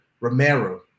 Romero